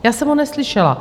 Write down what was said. Já jsem ho neslyšela.